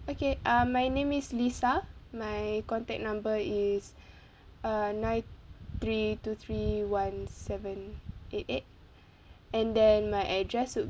okay um my name is lisa my contact number is uh nine three two three one seven eight eight and then my address would